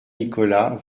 nicolas